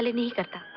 me if i